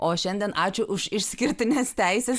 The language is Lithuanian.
o šiandien ačiū už išskirtines teises